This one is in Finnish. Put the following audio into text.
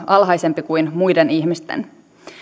alhaisempi kuin muiden ihmisten